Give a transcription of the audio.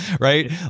Right